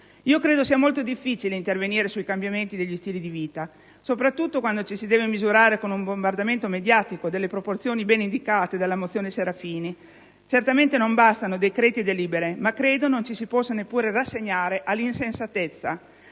Credo sia molto difficile intervenire sui cambiamenti degli stili di vita, soprattutto quando ci si deve misurare con un bombardamento mediatico delle proporzione ben indicate nella mozione di cui è prima firmataria la senatrice Serafini. Certamente non bastano decreti e delibere, ma credo che non ci si possa neppure rassegnare all'insensatezza,